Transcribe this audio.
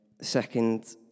Second